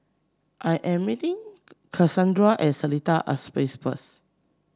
I am meeting Kassandra Seletar Aerospace first